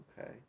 Okay